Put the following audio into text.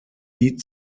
heat